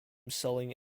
selling